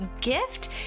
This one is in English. gift